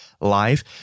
live